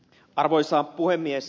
arvoisa puhemies